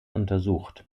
untersucht